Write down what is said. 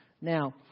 Now